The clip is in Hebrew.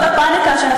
בבקשה.